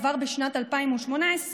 כבר בשנת 2018,